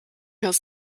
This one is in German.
hast